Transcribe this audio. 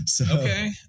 Okay